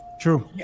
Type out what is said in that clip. True